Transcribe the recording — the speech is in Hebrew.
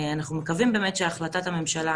אנחנו מקווים באמת שהחלטת הממשלה